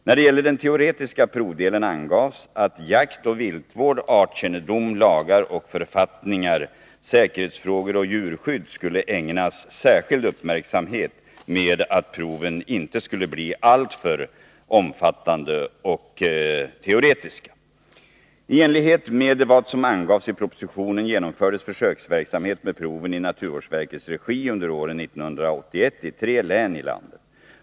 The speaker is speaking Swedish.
När det gällde den teoretiska provdelen angavs att jaktoch viltvård, artkännedom, lagar och författningar, säkerhetsfrågor och djurskydd skulle ägnas särskild uppmärksamhet men att proven inte skulle bli alltför omfattande och teoretiska. I enlighet med vad som angavs i propositionen genomfördes försöksverksamhet med proven i naturvårdsverkets regi under år 1981 i tre län i landet.